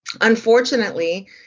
Unfortunately